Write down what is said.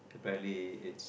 apparently it's